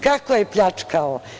Kako je pljačkao?